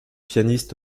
pianiste